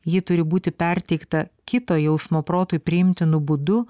ji turi būti perteikta kito jausmo protui priimtinu būdu